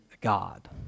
God